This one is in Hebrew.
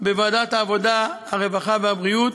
בוועדת העבודה, הרווחה והבריאות,